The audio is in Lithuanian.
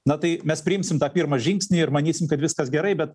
na tai mes priimsim tą pirmą žingsnį ir manysim kad viskas gerai be